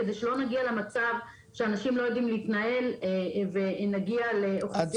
כדי שלא נגיע למצב שאנשים לא יודעים להתנהל ונגיע לאוכלוסיות מוחלשות.